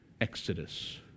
exodus